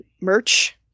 merch